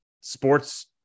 sports